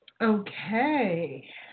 Okay